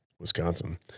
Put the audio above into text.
Wisconsin